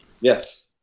Yes